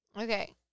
Okay